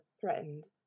threatened